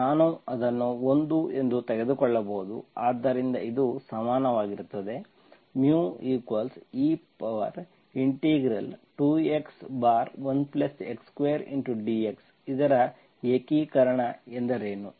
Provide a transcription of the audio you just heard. ಖಂಡಿತವಾಗಿ ನಾನು ಅದನ್ನು 1 ನಲ್ಲಿ ತೆಗೆದುಕೊಳ್ಳಬಹುದು ಆದ್ದರಿಂದ ಇದು ಸಮಾನವಾಗಿರುತ್ತದೆ μe 2 x1x2 dx ಇದರ ಏಕೀಕರಣ ಎಂದರೇನು